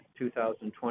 2020